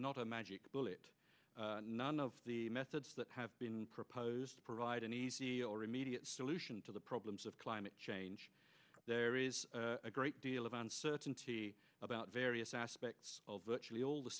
not a magic bullet none of the methods that have been proposed to provide an easy or immediate solution to the problems of climate change there is a great deal of uncertainty about various aspects of virtually